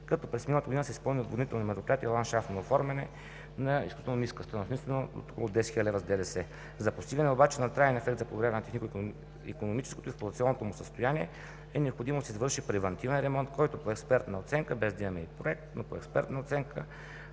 През миналата година са изпълнени отводнителни мероприятия и ландшафтно оформяне на изключително ниска стойност – около 10 хил. лв. с ДДС. За постигане обаче на траен ефект за подобряване на технико-икономическото и експлоатационното му състояние е необходимо да се извърши превантивен ремонт, който по експертна оценка, без да имаме проект – по експертна оценка